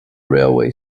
railway